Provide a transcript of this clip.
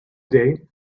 date